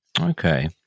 okay